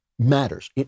Matters